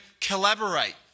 collaborate